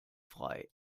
frei